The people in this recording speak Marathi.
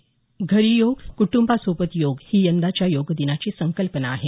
घरी योग कुटंबासोबत योग ही यंदाच्या योगादिनाची संकल्पना आहे